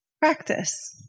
practice